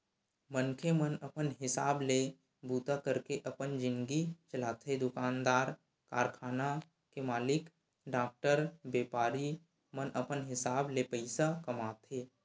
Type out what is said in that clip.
मनखे मन अपन हिसाब ले बूता करके अपन जिनगी चलाथे दुकानदार, कारखाना के मालिक, डॉक्टर, बेपारी मन अपन हिसाब ले पइसा कमाथे